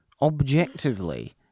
objectively